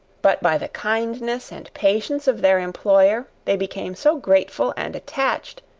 but by the kindness and patience of their employer, they became so grateful and attached,